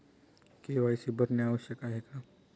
KYC भरणे आवश्यक आहे का?